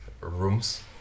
Rooms